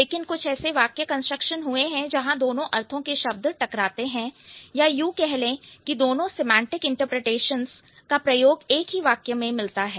लेकिन कुछ ऐसे वाक्य कंस्ट्रक्शन हुए हैं जहां दोनों अर्थों के शब्द टकराते हैं या यूं कह लें कि दोनों सिमांटिक इंटरप्रिटेशंस का प्रयोग एक ही वाक्य में मिलता है